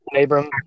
Abram